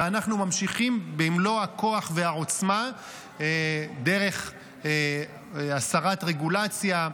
ואנחנו ממשיכים במלוא הכוח והעוצמה דרך הסרת רגולציה,